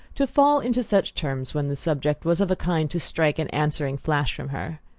to fall into such terms when the subject was of a kind to strike an answering flash from her.